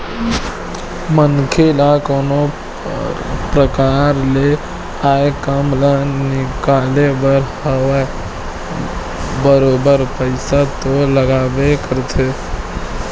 मनखे ल कोनो परकार ले आय काम ल निकाले बर होवय बरोबर पइसा तो लागबे करथे